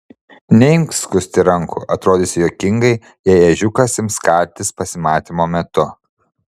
neimk skusti rankų atrodysi juokingai jei ežiukas ims kaltis pasimatymo metu